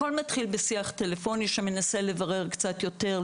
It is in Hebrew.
הכול מתחיל בשיח טלפוני שמנסה לברר קצת יותר,